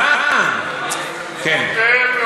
מודה ועוזב,